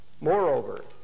Moreover